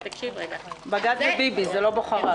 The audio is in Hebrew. בגד בביבי, זה לא בוחריו.